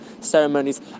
ceremonies